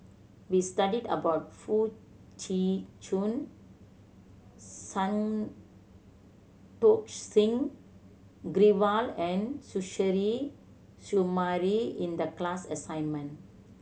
we studied about Foo Tee Jun Santokh Singh Grewal and Suzairhe Sumari in the class assignment